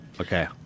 Okay